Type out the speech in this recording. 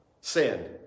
sin